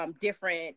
different